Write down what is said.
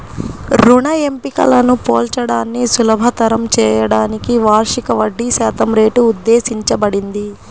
రుణ ఎంపికలను పోల్చడాన్ని సులభతరం చేయడానికి వార్షిక వడ్డీశాతం రేటు ఉద్దేశించబడింది